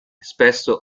spesso